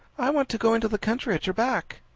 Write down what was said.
i want to go into the country at your back.